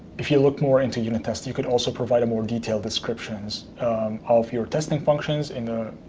if you looked more into unit test, you could also provide a more detailed description of your testing functions